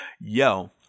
Yo